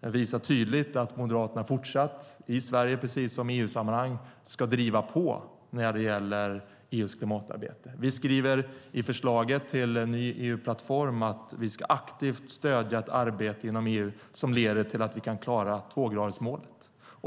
visar tydligt att Moderaterna fortsatt i Sverige precis som i EU-sammanhang ska driva på när det gäller EU:s klimatarbete. Vi skriver i förslaget till ny EU-plattform att vi aktivt ska stödja ett arbete inom EU som leder till att vi kan klara tvågradersmålet.